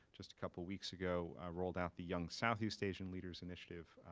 just a couple weeks ago, rolled out the young southeast asian leaders initiative.